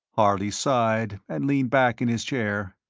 harley sighed, and leaned back in his chair.